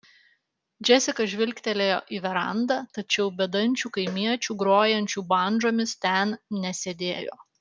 džesika žvilgtelėjo į verandą tačiau bedančių kaimiečių grojančių bandžomis ten nesėdėjo